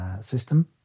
system